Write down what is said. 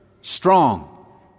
strong